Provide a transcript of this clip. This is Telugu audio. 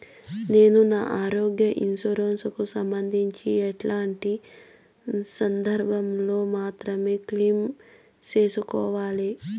నేను నా ఆరోగ్య ఇన్సూరెన్సు కు సంబంధించి ఎట్లాంటి సందర్భాల్లో మాత్రమే క్లెయిమ్ సేసుకోవాలి?